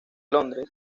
londres